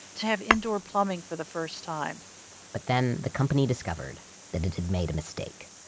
to have indoor plumbing for the first time but then the company discovered that it had made a mistake.